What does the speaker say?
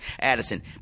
Addison